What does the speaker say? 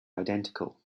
identical